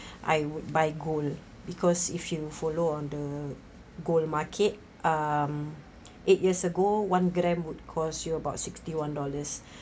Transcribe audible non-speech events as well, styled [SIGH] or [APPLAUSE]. I would buy gold because if you follow on the gold market um eight years ago one gram would cost you about sixty one dollars [BREATH]